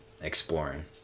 exploring